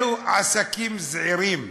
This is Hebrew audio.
אלו עסקים זעירים.